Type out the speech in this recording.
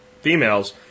females